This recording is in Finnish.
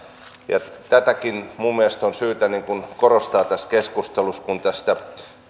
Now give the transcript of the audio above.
ja tätäkin mielestäni on syytä korostaa tässä keskustelussa kun tästä